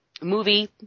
movie